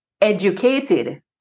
educated